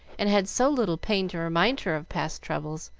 and had so little pain to remind her of past troubles,